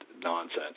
nonsense